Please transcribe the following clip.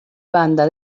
banda